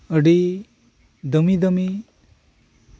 ᱟᱹᱰᱤ ᱫᱟᱹᱢᱤ ᱫᱟᱹᱢᱤ